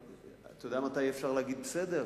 אתה יודע מתי יהיה אפשר להגיד "בסדר"?